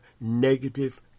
negative